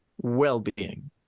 well-being